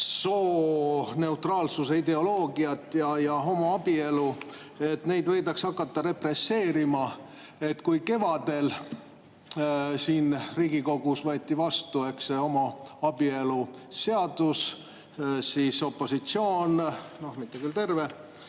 sooneutraalsuse ideoloogiat ja homoabielu, et neid võidakse hakata represseerima. Kui kevadel siin Riigikogus võeti vastu homoabieluseadus, siis opositsioon – mitte küll terve